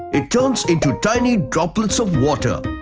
it turns into tiny droplets of water.